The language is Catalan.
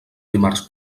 dimarts